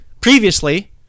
previously